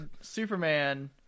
Superman